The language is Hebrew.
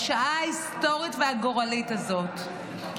בשעה ההיסטורית והגורלית הזאת,